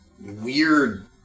weird